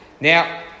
Now